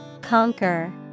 Conquer